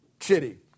city